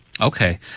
okay